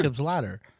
ladder